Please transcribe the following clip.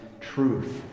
truth